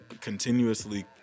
continuously